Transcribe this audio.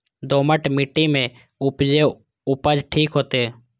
दोमट मिट्टी में मक्के उपज ठीक होते?